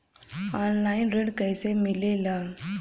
Online ऋण कैसे मिले ला?